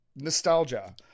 nostalgia